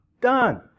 done